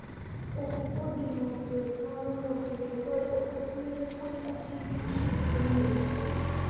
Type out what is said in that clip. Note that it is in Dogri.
ओह् मोटिवेट होऐ डीमोटिवेट निं होऐ उस्सी कोई अच्छी चीज़ सिक्खनै गी मिले